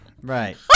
Right